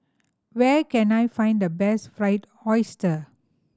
where can I find the best Fried Oyster